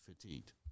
fatigued